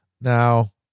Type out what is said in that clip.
Now